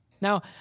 Now